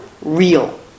real